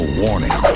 warning